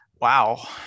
wow